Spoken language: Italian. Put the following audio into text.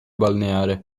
balneare